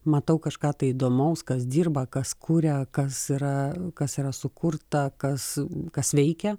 matau kažką tai įdomaus kas dirba kas kuria kas yra kas yra sukurta kas kas veikia